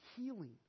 healing